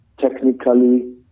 technically